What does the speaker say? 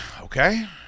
Okay